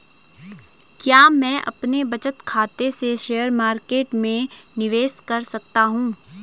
क्या मैं अपने बचत खाते से शेयर मार्केट में निवेश कर सकता हूँ?